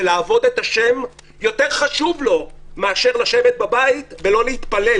שלעבוד את השם יותר חשוב לו מאשר לשבת בבית ולא להתפלל,